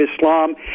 Islam